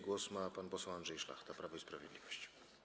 Głos ma pan poseł Andrzej Szlachta, Prawo i Sprawiedliwość.